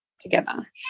together